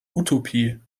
utopie